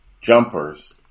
jumpers